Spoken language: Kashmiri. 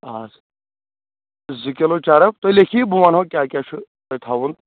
آ زٕ کلوٗ چرٕب تُہۍ لٮ۪کھِو یہِ بہٕ وَنو کیاہ کیاہ چھُ تۄہہِ تھاوُن